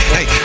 Hey